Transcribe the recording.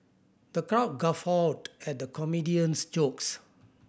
the crowd guffawed at the comedian's jokes